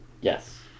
Yes